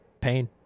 pain